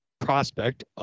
Prospect